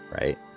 right